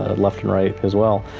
ah left and right, as well.